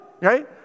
Right